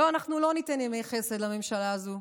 לא, אנחנו לא ניתן ימי חסד לממשלה הזו.